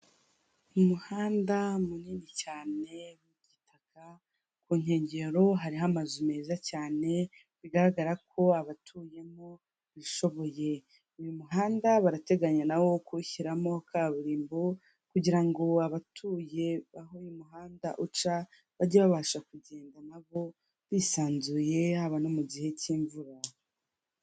Umuhanda munini cyane w'igitaka ku nkengero hariho amazu meza cyane bigaragara ko abatuyemo bishoboye, uyu muhanda barateganya nawo kuwushyiramo kaburimbo, kugira ngo abatuye aho uyu umuhanda uca bajye babasha kugenda nabo bisanzuye, haba no mu gihe k'imvura.